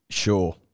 Sure